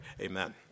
Amen